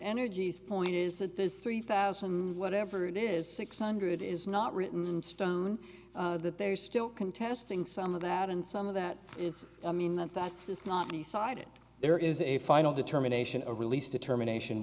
energy's point is that those three thousand whatever it is six hundred is not written in stone that they're still contesting some of that and some of that is i mean that's just not beside it there is a final determination of release determination